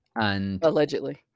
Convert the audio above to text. Allegedly